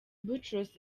boutros